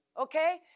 Okay